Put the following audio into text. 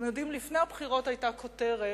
אתם יודעים, לפני הבחירות היתה כותרת